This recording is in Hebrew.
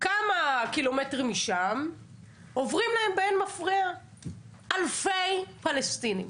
כמה קילומטרים משם עוברים להם באין מפריע אלפי פלסטינים,